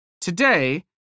Today